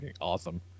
Awesome